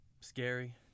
Scary